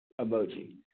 emoji